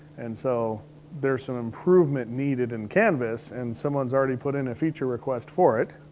and so there's some improvement needed in canvas, and someone's already put in a feature request for it.